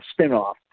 spinoff